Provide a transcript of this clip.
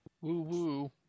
Woo-woo